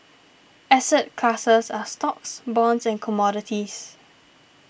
asset classes are stocks bonds and commodities